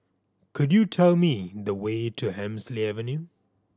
could you tell me the way to Hemsley Avenue